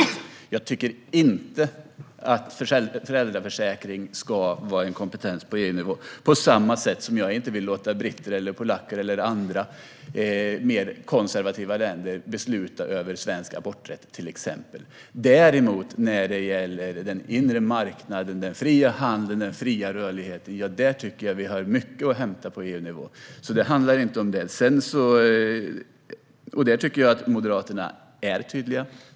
Jag tycker inte att föräldraförsäkring ska vara en kompetens på EU-nivå - på samma sätt som jag inte vill låta britter, polacker eller andra mer konservativa länder besluta om svensk aborträtt, till exempel. När det däremot gäller den inre marknaden, den fria handeln och den fria rörligheten tycker jag att vi har mycket att hämta på EU-nivå. Det handlar alltså inte om det, och där tycker jag att Moderaterna är tydliga.